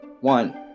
One